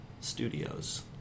studios